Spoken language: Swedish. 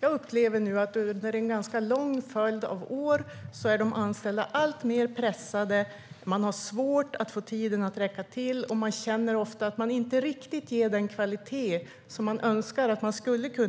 Under en ganska lång följd av år har jag upplevt att de anställda blir alltmer pressade. Man har svårt att få tiden att räcka till, och man känner ofta att man inte riktigt ger den kvalitet som man önskar att man kunde ge.